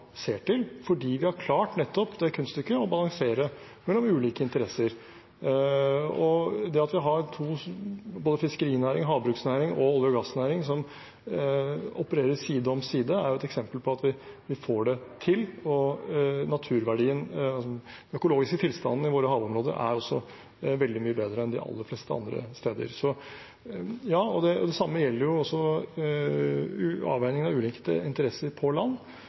ser til, fordi vi har klart nettopp det kunststykket å balansere mellom ulike interesser. Det at vi har både fiskerinæring og havbruksnæring og en olje- og gassnæring som opererer side om side, er et eksempel på at vi får det til, og naturverdien, den økologiske tilstanden, i våre havområder er også veldig mye bedre enn de fleste andre steder. Det samme gjelder avveiningen av ulike interesser på land.